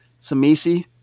Samisi